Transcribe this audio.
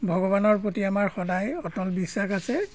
ভগৱানৰ প্ৰতি আমাৰ সদায় অটল বিশ্বাস আছে